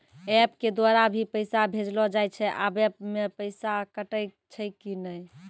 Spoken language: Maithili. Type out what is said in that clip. एप के द्वारा भी पैसा भेजलो जाय छै आबै मे पैसा कटैय छै कि नैय?